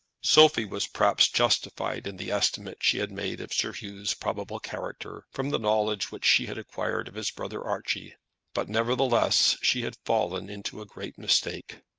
sophie was perhaps justified in the estimate she had made of sir hugh's probable character from the knowledge which she had acquired of his brother archie but, nevertheless, she had fallen into a great mistake.